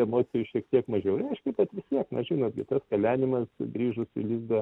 emocijų šiek tiek mažiau reiškia bet vis tiek na žinot gi tas kalenimas grįžus į lizdą